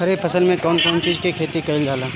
खरीफ फसल मे कउन कउन चीज के खेती कईल जाला?